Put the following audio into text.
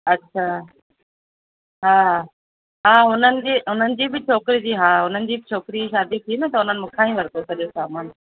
अच्छा हा हा हुननि जी हुननि जी बि छोकिरी जी हा हुननि जी बि छोकिरी जी शादी थी न त उन्हनि मूं खां ई वरितो सॼो सामानु